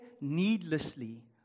needlessly